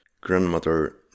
Grandmother